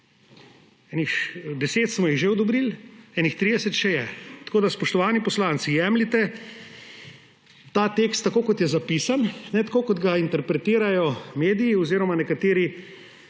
10 smo jih že odobrili, jih je pa še kakšnih 30. Tako da, spoštovani poslanci, jemljite ta tekst tako, kot je zapisan, ne tako, kot ga interpretirajo mediji oziroma nekatere